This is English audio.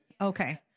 Okay